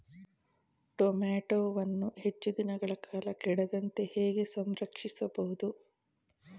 ಟೋಮ್ಯಾಟೋವನ್ನು ಹೆಚ್ಚು ದಿನಗಳ ಕಾಲ ಕೆಡದಂತೆ ಹೇಗೆ ಸಂರಕ್ಷಿಸಬಹುದು?